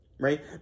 Right